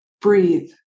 Breathe